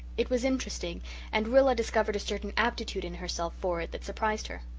it was interesting and rilla discovered a certain aptitude in herself for it that surprised her.